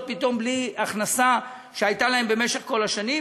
פתאום בלי הכנסה שהייתה להם במשך כל השנים,